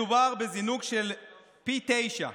מדובר בזינוק של פי תשעה